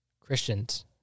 christians